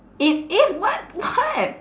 it i~ what what